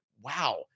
wow